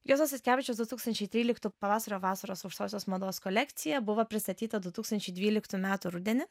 juozas statkevičius du tūkstančiai tryliktų pavasario vasaros aukštosios mados kolekcija buvo pristatyta du tūkstančiai dvyliktų metų rudenį